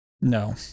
No